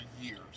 years